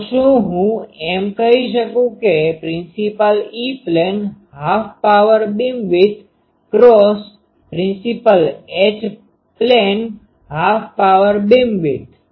તો શું હું એમ કહી શકું કે principal E plane half power beamwidth principal H plane half power beamwidth